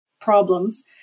problems